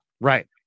Right